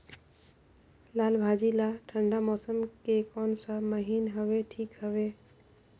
लालभाजी ला ठंडा मौसम के कोन सा महीन हवे ठीक हवे?